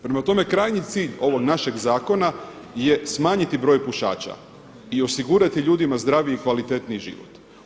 Prema tome, krajnji cilj ovog našeg zakona je smanjiti broj pušača i osigurati ljudima zdraviji i kvalitetniji život.